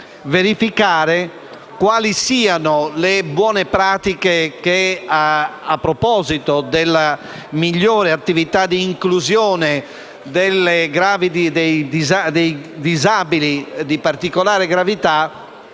verificare quali siano le buone pratiche che, a proposito della migliore attività d'inclusione dei disabili di particolare gravità,